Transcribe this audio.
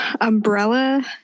Umbrella